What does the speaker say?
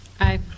aye